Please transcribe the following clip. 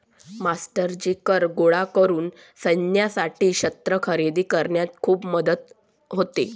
मास्टरजी कर गोळा करून सैन्यासाठी शस्त्रे खरेदी करण्यात खूप मदत होते